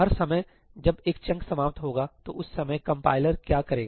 हर समय जब एक चंक समाप्त होगा तो उस समय कंपाइलर क्या करेगा